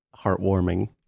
heartwarming